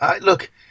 Look